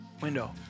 window